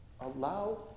allow